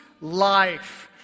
life